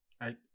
I-